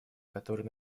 которые